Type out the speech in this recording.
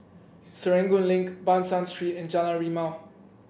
Serangoon Link Ban San Street and Jalan Rimau